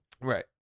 right